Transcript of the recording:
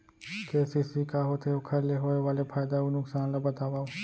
KCC का होथे, ओखर ले होय वाले फायदा अऊ नुकसान ला बतावव?